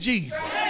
Jesus